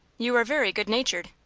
you are very good-natured.